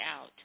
out